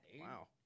Wow